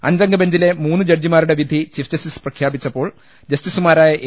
അഞ്ചംഗ ബെഞ്ചിലെ മൂന്ന് ജഡ്ജിമാരുടെ വിധി ചീഫ്ജസ്റ്റിസ് പ്രഖ്യാപിച്ചപ്പോൾ ജസ്റ്റിസുമാരായ എ